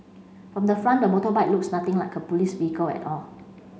from the front the motorbike looks nothing like a police vehicle at all